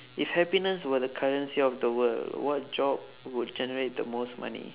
if happiness were the currency of the world what job would generate the most money